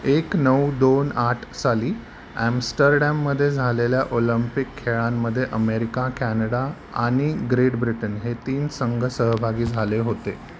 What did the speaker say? एक नऊ दोन आठ साली ॲम्स्टरडॅममध्ये झालेल्या ओलम्पिक खेळांमध्ये अमेरिका कॅनडा आणि ग्रेट ब्रिटन हे तीन संघ सहभागी झाले होते